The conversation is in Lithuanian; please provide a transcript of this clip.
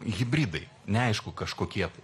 hibridai neaišku kažkokie tai